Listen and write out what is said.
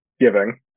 giving